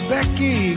Becky